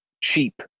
cheap